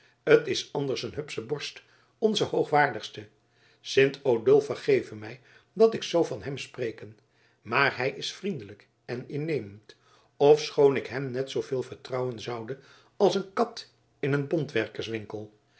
t is anders een hupsche borst onze hoogwaardigste sint odulf vergeve mij dat ik zoo van hem spreke maar hij is vriendelijk en innemend ofschoon ik hem net zooveel vertrouwen zoude als een kat in een